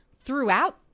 throughout